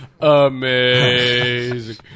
Amazing